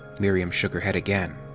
miriam shook her head again.